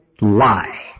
lie